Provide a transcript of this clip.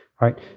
right